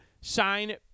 sign